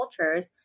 cultures